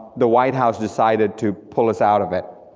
the white house decided to pull us out of it,